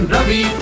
Ravi